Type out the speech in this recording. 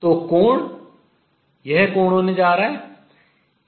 तो कोण यह कोण होने जा रहा है